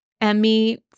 Emmy